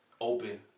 open